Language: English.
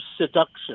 Seduction